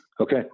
Okay